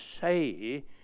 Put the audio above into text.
say